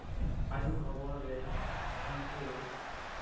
ᱟᱭᱩ ᱦᱚᱵᱚᱨ ᱨᱮ ᱛᱟᱦᱮᱱ ᱛᱩᱞᱩᱪ